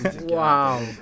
Wow